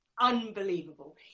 unbelievable